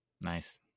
Nice